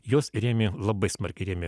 juos rėmė labai smarkiai rėmė